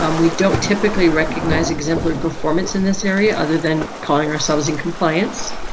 um we don't typically recognize exemplary performance in this area other than calling ourselves in compliance,